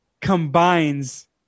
combines